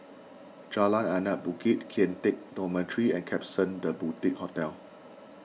Jalan Anak Bukit Kian Teck Dormitory and Klapsons the Boutique Hotel